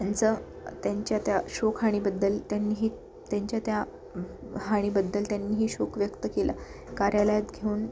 त्यांचं त्यांच्या त्या शोक हानीबद्दल त्यांनीही त्यांच्या त्या हानीबद्दल त्यांनीही शोक व्यक्त केला कार्यालयात घेऊन